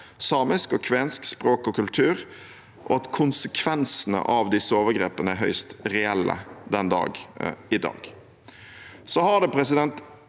samisk og kvensk språk og kultur, og at konsekvensene av disse overgrepene er høyst reelle den dag i dag. Så har det lenge